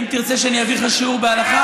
אם תרצה שאני אעביר לך שיעור בהלכה,